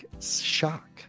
shock